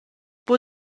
buca